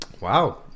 Wow